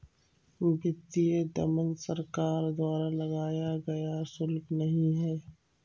वित्तीय दमन सरकार द्वारा लगाया गया शुल्क नहीं है